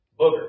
booger